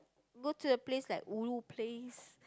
go to a place like ulu place